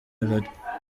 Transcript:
melodie